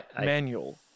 manual